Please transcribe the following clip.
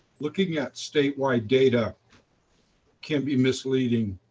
looking at statewide data can be misleading,